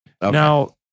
Now